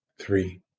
three